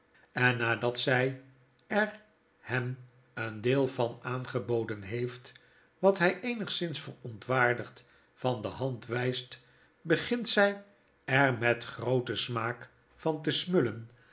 en nadat zy er hem een deel van aangeboden heeft wat hy eenigszins verontwaardigd van de hand wyst begint zij het geheim van edwin drood er met grooten smaak van te smullen